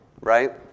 right